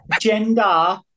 gender